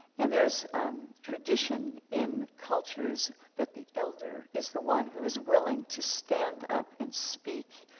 and there is tradition in cultures that the elder is the one who is willing to stand up and speak,